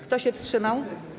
Kto się wstrzymał?